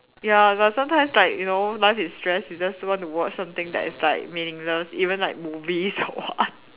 ya but sometimes like you know life is stress you just want to watch something that is like meaningless even like movies or what